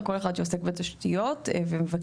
לכל אחד שעוסק בתשתיות ומבקש.